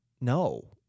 no